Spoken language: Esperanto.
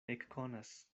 ekkonas